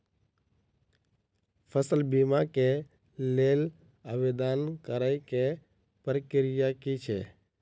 फसल बीमा केँ लेल आवेदन करै केँ प्रक्रिया की छै?